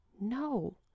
No